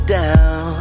down